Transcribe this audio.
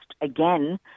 again